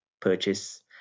purchase